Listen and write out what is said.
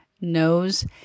knows